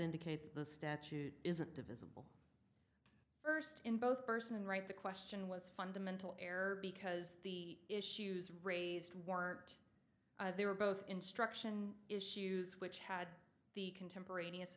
indicate that the statute isn't divisible first in both person right the question was fundamental error because the issues raised war they were both instruction issues which had the contemporaneous